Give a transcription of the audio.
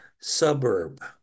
suburb